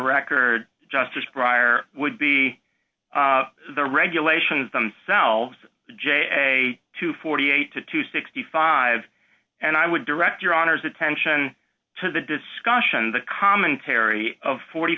record justice brier would be the regulations themselves j a to forty eight to sixty five and i would direct your honor's attention to the discussion the commentary of forty